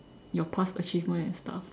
your past achievement and stuff